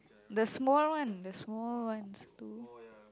the small one the small one two